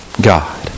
God